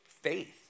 faith